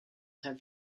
have